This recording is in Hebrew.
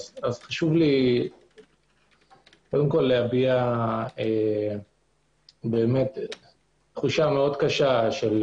חשוב לי להביע תחושה מאוד קשה של